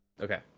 Okay